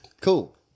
cool